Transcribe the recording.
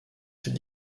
cette